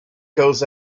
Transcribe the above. goes